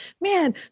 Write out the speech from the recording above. man